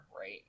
right